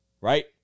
Right